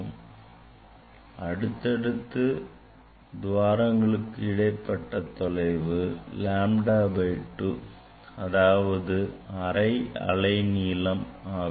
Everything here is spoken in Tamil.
எனவே அடுத்தடுத்த துவாரங்களுக்கு இடைப்பட்ட தொலைவு lambda by 2 அதாவது அரை அலை நீளம் ஆகும்